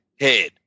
head